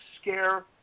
scare